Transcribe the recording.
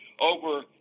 over